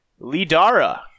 Lidara